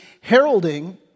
heralding